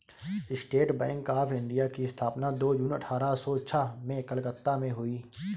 state Bank of India की स्थापना दो जून अठारह सो छह में कलकत्ता में हुई